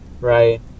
right